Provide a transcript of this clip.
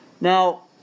Now